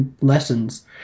lessons